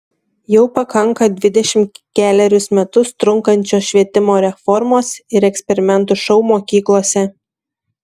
jau pakanka dvidešimt kelerius metus trunkančios švietimo reformos ir eksperimentų šou mokyklose